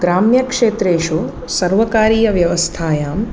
ग्राम्यक्षेत्रेषु सर्वकारीयव्यवस्थायां